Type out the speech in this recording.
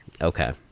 okay